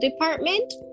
department